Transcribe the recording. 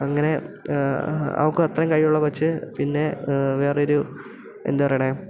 അങ്ങനെ അവൾക്കത്രയും കഴിവുള്ള കൊച്ച് പിന്നെ വേറൊരു എന്താ പറണത്